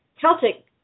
Celtic